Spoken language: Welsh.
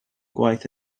gwaith